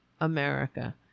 America